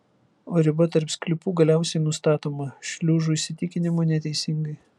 o riba tarp sklypų galiausiai nustatoma šliužų įsitikinimu neteisingai